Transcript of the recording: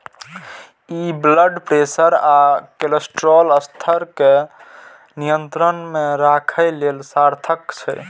ई blood pressure आ cholesterol स्तर कें नियंत्रण मे राखै लेल सार्थक छै